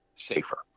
safer